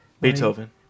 Beethoven